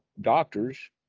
doctors